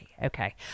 Okay